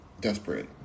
desperate